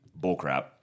bullcrap